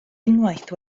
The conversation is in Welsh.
unwaith